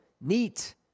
neat